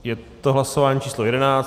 Je to hlasování číslo 11.